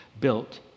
built